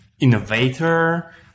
innovator